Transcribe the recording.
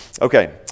okay